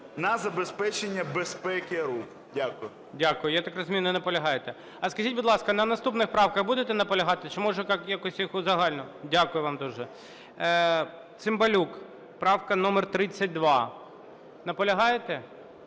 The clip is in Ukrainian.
на забезпечення безпеки руху. Дякую. ГОЛОВУЮЧИЙ. Дякую. Я так розумію, не наполягаєте? А скажіть, будь ласка, на наступних правках будете наполягати, чи, може, якось їх узагальнимо? Дякую вам дуже. Цимбалюк, правка номер 32. Наполягаєте?